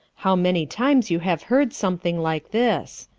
how many times you have heard something like this.